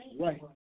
right